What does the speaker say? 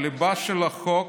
הליבה של החוק